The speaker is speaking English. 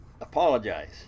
apologize